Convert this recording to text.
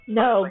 no